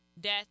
death